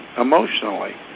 emotionally